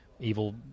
Evil